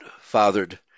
fathered